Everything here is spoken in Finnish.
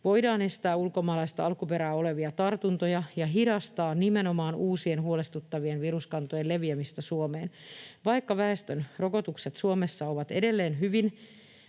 voidaan estää ulkomaalaista alkuperää olevia tartuntoja ja hidastaa nimenomaan uusien huolestuttavien viruskantojen leviämistä Suomeen. Vaikka väestön rokotukset Suomessa ovat edenneet hyvin,